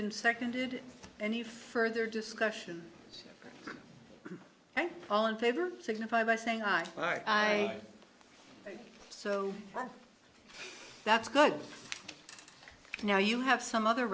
in seconded any further discussion and all in favor signify by saying i i so that's good now you have some other